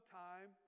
time